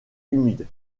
humide